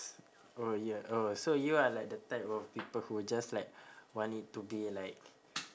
oh ya oh so you are like the type of people who just like want it to be like